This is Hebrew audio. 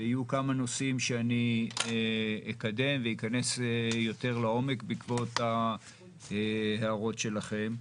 יהיו כמה נושאים שאני אקדם ואכנס יותר לעומק בעקבות הדברים שלכם,